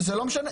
היא לא פרוסה.